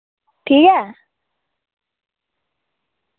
ठीक ऐ